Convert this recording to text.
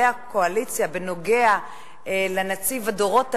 הקואליציה בנוגע לנציב הדורות הבאים,